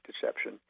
deception